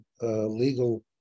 legal